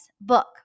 book